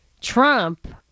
Trump